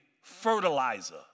fertilizer